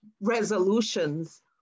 resolutions